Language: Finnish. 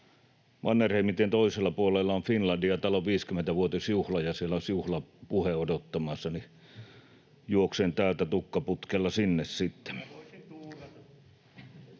Mannerheimin-tien toisella puolella on Finlandiatalon 50-vuotisjuhla, ja siellä olisi juhlapuhe odottamassa. Juoksen täältä tukka putkella sinne